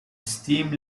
steam